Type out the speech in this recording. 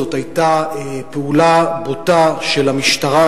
זו היתה פעולה בוטה של המשטרה.